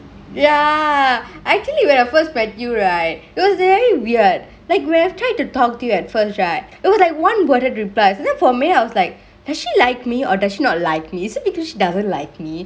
ya actually when I first met you right it was very weird like when I tried to talk to you at first right it was like one worded replies and then for me I was like does she like me or does she not like me is it because she doesn't like me